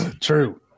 True